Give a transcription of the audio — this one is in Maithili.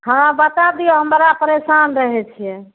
हँ बता दियौ हम बड़ा परेशान रहै छियै